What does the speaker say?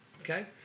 okay